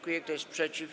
Kto jest przeciw?